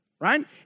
Right